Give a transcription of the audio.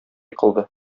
кылды